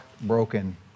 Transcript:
broken